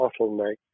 bottleneck